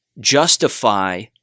justify